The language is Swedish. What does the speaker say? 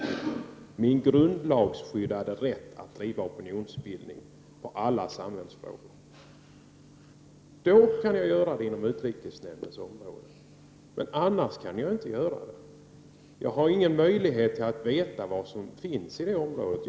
Detta är min grundlagsskyddade rätt att bedriva opinionsbildning inom alla samhällsfrågor! När det finns läckor kan jag bedriva opinionsbild ning inom utrikesnämndens område, men annars kan jag inte göra det. Jag har ingen möjlighet att veta vad som finns inom det området.